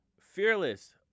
Fearless